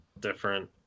different